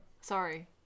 Sorry